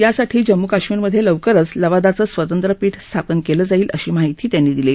यासाठी जम्मू काश्मीरमध्यविवकरच लवादाचं स्वतंत्र पीठ स्थापन कळि जाईल अशी माहिती त्यांनी दिली